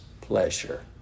pleasure